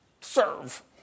serve